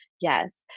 Yes